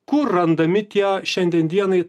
kur randami tie šiandien dienai